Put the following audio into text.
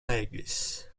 aegis